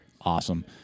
awesome